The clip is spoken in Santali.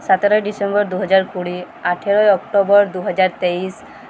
ᱥᱚᱛᱮᱨᱚᱭ ᱰᱤᱥᱮᱢᱵᱚᱨ ᱫᱩ ᱦᱟᱡᱟᱨ ᱠᱩᱲᱤ ᱟᱴᱷᱮᱨᱚᱭ ᱚᱠᱴᱳᱵᱚᱨ ᱫᱩ ᱦᱟᱡᱟᱨ ᱛᱮᱭᱤᱥ